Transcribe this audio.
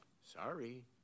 Sorry